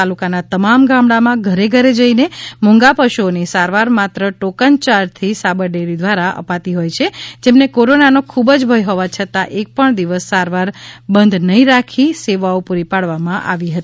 તાલુકાના તમામ ગામડાંમાં ઘેર ઘેર જઇ ને મુંગા પશુઓની સારવાર માત્ર ટોકન યાર્જથી સાબરડેરી દ્વારા અપાતી હોય છે જેમને કોરોનાનો ખુબજ ભય હોવા છતાં એક પણ દિવસ સારવાર બંધ નહિ રાખી સેવાઓ પુરી પાડવામાં આવી હતી